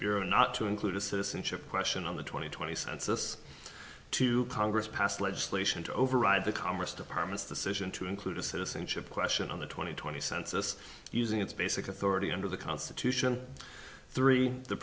bureau not to include a citizenship question on the twenty twenty census two congress passed legislation to override the commerce department decision to include a citizenship question on the twenty twenty census using its basic authority under the constitution three the